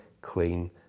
clean